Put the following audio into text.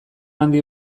handi